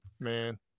man